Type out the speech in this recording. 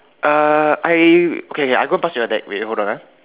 uh I okay okay I go pass you your deck wait hold on ah